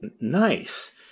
Nice